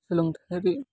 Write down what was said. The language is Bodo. सोलोंथाइयारि